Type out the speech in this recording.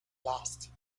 last